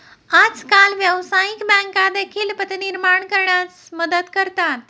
आजकाल व्यवसायिक बँका देखील पत निर्माण करण्यास मदत करतात